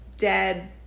Dead